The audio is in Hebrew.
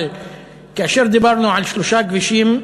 אבל כאשר דיברנו על שלושה כבישים,